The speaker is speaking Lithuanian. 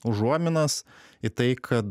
užuominas į tai kad